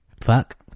Fuck